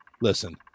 listen